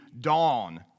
dawn